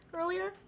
earlier